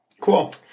Cool